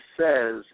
says